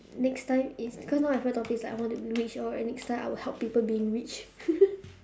next time is cause now my favourite topic is like I want to be rich all next time I will help people being rich